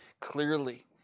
clearly